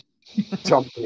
Jump